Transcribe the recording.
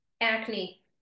Acne